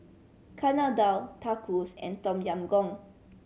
Chana Dal Tacos and Tom Yam Goong